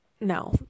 No